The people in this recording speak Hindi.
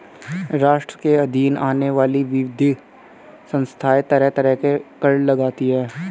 राष्ट्र के अधीन आने वाली विविध संस्थाएँ तरह तरह के कर लगातीं हैं